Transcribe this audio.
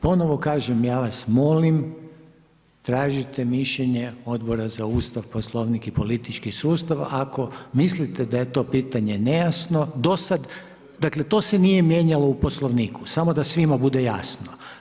Ponovo kažem ja vas molim tražite mišljenje Odbora za Ustav, Poslovnik i politički sustav ako mislite da je to pitanje nejasno do sada, dakle to se nije mijenjalo u Poslovniku, samo da svima bude jasno.